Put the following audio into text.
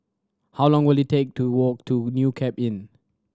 how long will it take to walk to New Cape Inn